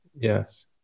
yes